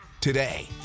today